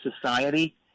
society